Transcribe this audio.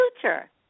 future